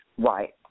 Right